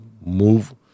move